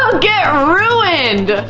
so get ruined!